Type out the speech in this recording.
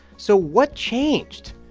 so what changed?